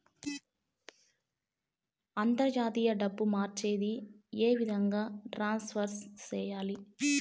అంతర్జాతీయ డబ్బు మార్చేది? ఏ విధంగా ట్రాన్స్ఫర్ సేయాలి?